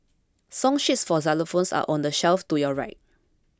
song sheets for xylophones are on the shelf to your right